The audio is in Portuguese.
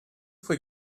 foi